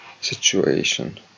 situation